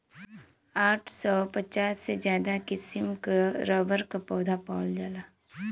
आठ सौ पचास से ज्यादा किसिम क रबर क पौधा पावल जाला